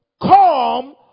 come